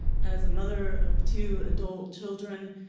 as a mother of two adult children,